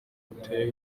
buteye